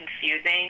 confusing